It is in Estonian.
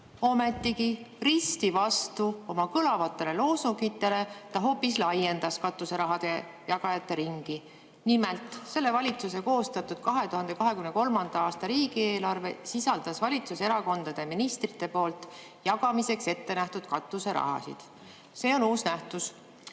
Ometigi risti vastu oma kõlavatele loosungitele ta hoopis laiendas katuserahade jagajate ringi. Nimelt, selle valitsuse koostatud 2023. aasta riigieelarve sisaldas valitsuserakondade ministrite poolt jagamiseks ette nähtud katuserahasid. See on uus nähtus.